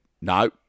no